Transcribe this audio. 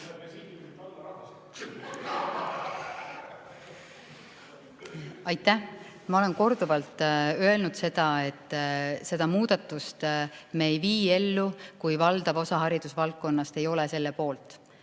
Aitäh! Ma olen korduvalt öelnud, et seda muudatust me ellu ei vii, kui valdav osa haridusvaldkonnast ei ole selle poolt.